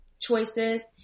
choices